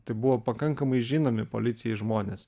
tai buvo pakankamai žinomi policijai žmonės